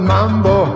Mambo